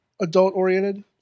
adult-oriented